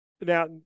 Now